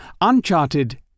uncharted